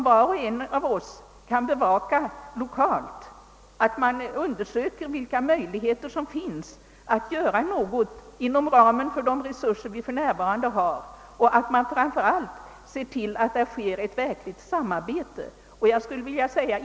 Var och en av oss kan ju lokalt undersöka möjligheterna att göra något inom ramen för de nuvarande resurserna och att åstadkomma ett verkligt samarbete.